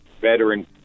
veteran